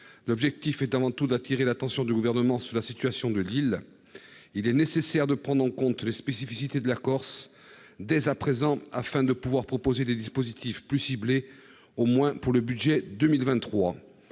L'objectif est avant tout d'appeler l'attention du Gouvernement sur la situation de l'île. Il est nécessaire de prendre en compte les spécificités de la Corse dès à présent, afin de pouvoir proposer des dispositifs plus ciblés dans le budget pour